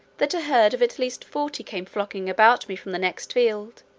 that a herd of at least forty came flocking about me from the next field,